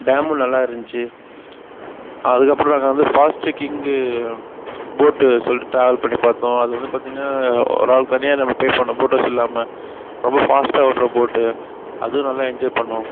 டேமும் நல்லா இருந்துச்சி அதுக்கப்புறம் நாங்கள் வந்து ஃபாஸ்ட்டு கிங்கு போட்டு சொல்லிட்டு ட்ராவல் பண்ணி பார்த்தோம் அது வந்து பார்த்தீங்கன்னா ஒரு ஆள் தனியாக நம்ம பே பண்ணும் போட் ஹவுஸ் இல்லாமல் ரொம்ப ஃபாஸ்ட்டாக ஓடுற போட்டு அதுவும் நல்லா என்ஜாய் பண்ணோம்